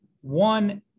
One